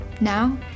Now